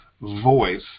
voice